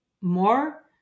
more